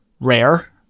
rare